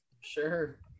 Sure